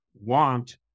want